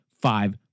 five